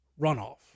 runoff